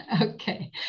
Okay